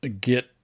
get